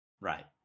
Right